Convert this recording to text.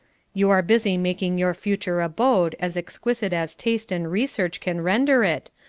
you are busy making your future abode as exquisite as taste and research can render it,